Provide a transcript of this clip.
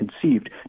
conceived